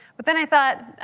but then i thought,